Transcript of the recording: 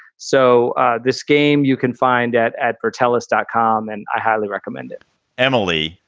so this game you can find at at four, tell us dot com and i highly recommend it emily,